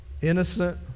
innocent